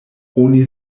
oni